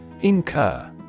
Incur